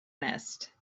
nest